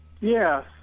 Yes